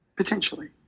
Potentially